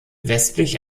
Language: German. westlich